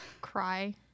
cry